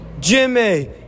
Jimmy